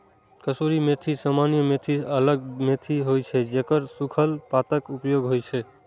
कसूरी मेथी सामान्य मेथी सं अलग मेथी होइ छै, जेकर सूखल पातक उपयोग होइ छै